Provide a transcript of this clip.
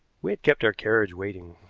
we had kept our carriage waiting.